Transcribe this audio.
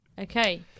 Okay